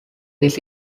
this